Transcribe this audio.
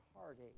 heartache